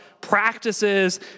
practices